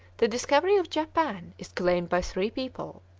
the discovery of japan is claimed by three people.